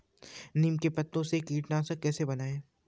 नीम के पत्तों से कीटनाशक कैसे बनाएँ?